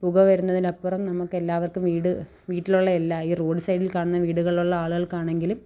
പുക വരുന്നതിനപ്പുറം നമുക്കെല്ലാവർക്കും വീട് വീട്ടിലുള്ള എല്ലാ ഈ റോഡ് സൈഡിൽ കാണുന്ന വീടുകളുള്ള ആളുകൾക്കാണെങ്കിലും